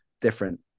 different